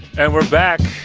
and we're back.